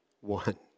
one